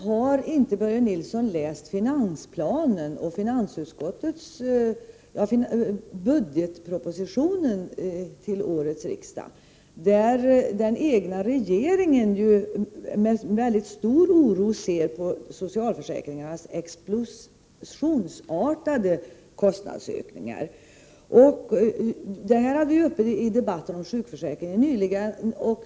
Har inte Börje Nilsson läst finansplanen och budgetpropositionen till årets riksdag, där den egna regeringen ser med stor oro på socialförsäkringarnas explosionsartade kostnadsökningar? Detta hade vi uppe i debatten om sjukförsäkringen nyligen.